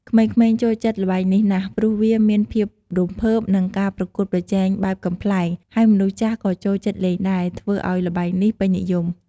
ក្មេងៗចូលចិត្តល្បែងនេះណាស់ ព្រោះវាមានភាពរំភើប និងការប្រកួតប្រជែងបែបកំប្លែង ហើយមនុស្សចាស់ក៏ចូលចិត្តលេងដែរ ធ្វើឱ្យល្បែងនេះពេញនិយម។